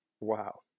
Wow